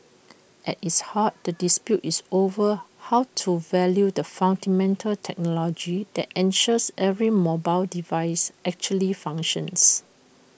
at its heart the dispute is over how to value the fundamental technology that ensures every mobile device actually functions